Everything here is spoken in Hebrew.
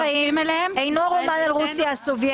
גפני, איתי מאוד קל לעשות עסקים.